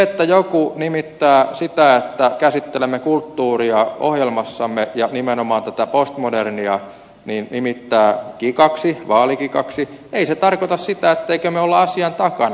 jos joku nimittää sitä vaalikikaksi että käsittelemme kulttuuria ohjelmassamme ja nimenomaan tätä postmodernia niin ei se tarkoita sitä ettemmekö me olisi asian takana